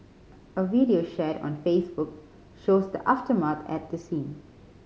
a video shared on Facebook shows the aftermath at the scene